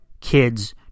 kids